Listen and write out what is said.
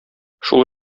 шул